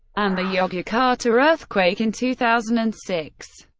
and the yogyakarta earthquake in two thousand and six.